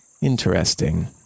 Interesting